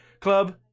club